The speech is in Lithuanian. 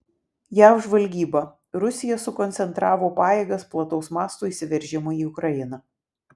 jav žvalgyba rusija sukoncentravo pajėgas plataus mąsto įsiveržimui į ukrainą